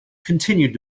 continued